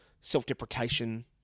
self-deprecation